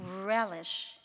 relish